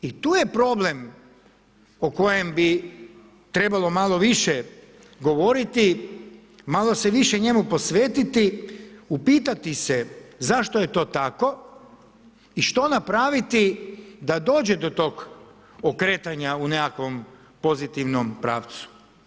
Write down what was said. I tu je problem o kojem bi trebalo malo više govoriti, malo se više njemu posvetiti, upitati se zašto je to tako i što napraviti da dođe do tog okretanja u nekakvom pozitivnom pravcu?